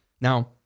Now